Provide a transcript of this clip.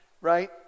right